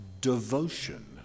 devotion